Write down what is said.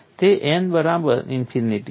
તે n બરાબર infinity છે